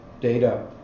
data